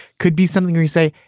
could be something we say,